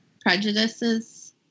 prejudices